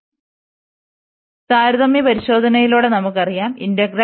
അതിനാൽ താരതമ്യ പരിശോധനയിലൂടെ നമുക്കറിയാം ഇന്റഗ്രൽ